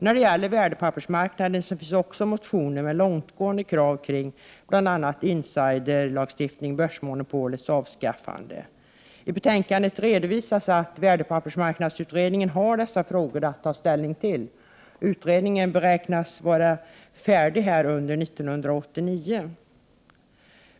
När det gäller värdepappersmarknaden finns det också motioner med långtgående krav i fråga om bl.a. insiderlagstiftning och börsmonopolets avskaffande. I betänkandet redovisas att värdepappersmarknadsutredningen har dessa frågor att ta ställning till. Utredningen väntas vara färdig under 1989.